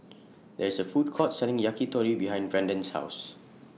There IS A Food Court Selling Yakitori behind Brandon's House